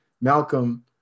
Malcolm